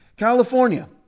California